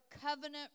covenant